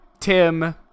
Tim